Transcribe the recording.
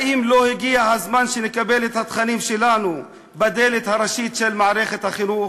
האם לא הגיע הזמן שנקבל את התכנים שלנו בדלת הראשית של מערכת החינוך?